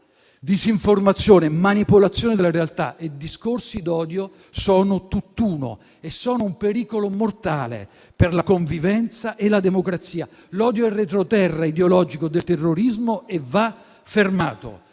Disinformazione, manipolazione della realtà e discorsi d'odio sono tutt'uno e sono un pericolo mortale per la convivenza e la democrazia. L'odio è il retroterra ideologico del terrorismo e va fermato;